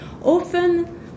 often